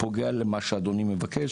פוגע למה שאדוני מבקש,